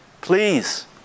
Please